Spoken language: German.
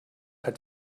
hat